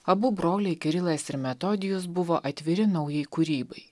abu broliai kirilas ir metodijus buvo atviri naujai kūrybai